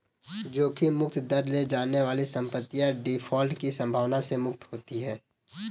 जोखिम मुक्त दर ले जाने वाली संपत्तियाँ डिफ़ॉल्ट की संभावना से मुक्त होती हैं